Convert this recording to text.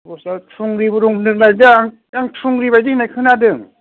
अबसे थुंग्रिबो दं होनदोंलायदां आं थुंग्रि होननाय बायदि खोनादों